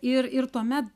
ir ir tuomet